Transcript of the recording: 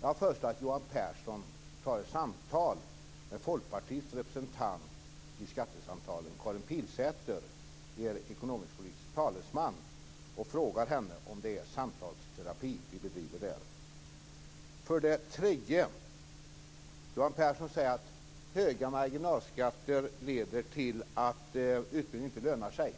Jag föreslår att Johan Pehrson tar ett samtal med Folkpartiets representant i skattesamtalen, Karin Pilsäter - er ekonomisk-politiska talesman. Fråga henne om det är samtalsterapi vi bedriver. För det tredje: Johan Pehrson säger att höga marginalskatter leder till att utbildning inte lönar sig.